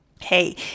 Hey